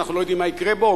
שאנחנו לא יודעים מה יקרה בו,